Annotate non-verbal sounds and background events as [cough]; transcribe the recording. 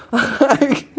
[laughs]